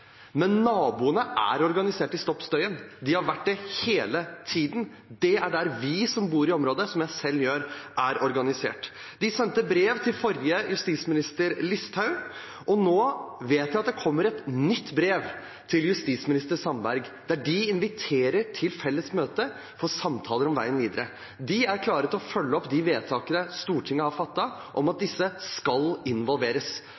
men naboene er organisert i Stopp støyen!. De har vært det hele tiden. Det er der vi som bor i området – som jeg selv gjør – er organisert. De sendte brev til den forrige justisministeren, Listhaug, og nå vet jeg at det kommer et nytt brev til justisminister Sandberg, der de inviterer til et felles møte for samtaler om veien videre. De er klare til å følge opp de vedtakene Stortinget har fattet om at